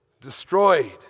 destroyed